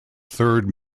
third